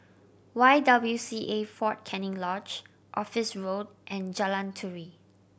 Y W C A Fort Canning Lodge Office Road and Jalan Turi